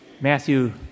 Matthew